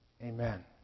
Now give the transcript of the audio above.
Amen